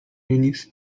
nic